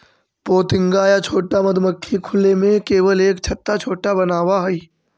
पोतिंगा या छोटा मधुमक्खी खुले में केवल एक छत्ता छोटा बनावऽ हइ